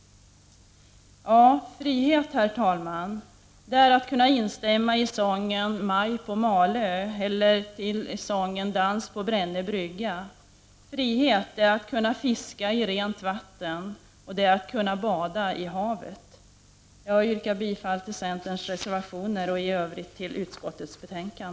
Frihet, herr talman, är att kunna instämma i sången Maj på Malö eller sången Dans på Brännö brygga: Frihet är att kunna fiska i rent vatten och att kunna bada i havet. Jag yrkar bifall till centerns reservationer och i övrigt till utskottets hemställan.